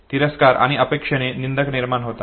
तिरस्कार आणि अपेक्षेने निंदक निर्माण होतात